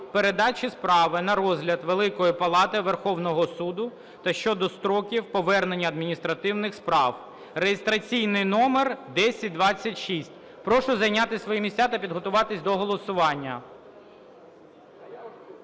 передачі справи на розгляд Великої Палати Верховного Суду та щодо строків повернення адміністративних справ (реєстраційний номер 1026). Прошу зайняти свої місця та підготуватися до голосування.